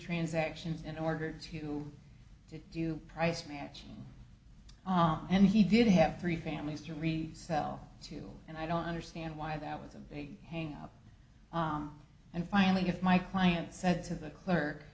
transactions in order to do price match and he did have three families to resell to and i don't understand why that was a big hang up and finally if my client said to the clerk